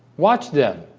watch them